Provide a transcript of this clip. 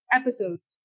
episodes